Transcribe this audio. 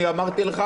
אני אמרתי לך,